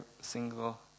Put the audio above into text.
single